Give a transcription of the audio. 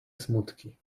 smutki